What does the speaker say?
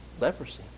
leprosy